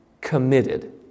committed